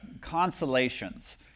consolations